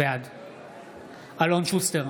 בעד אלון שוסטר,